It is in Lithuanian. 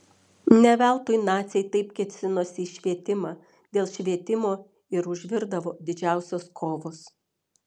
ne veltui naciai taip kėsinosi į švietimą dėl švietimo ir užvirdavo didžiausios kovos